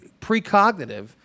precognitive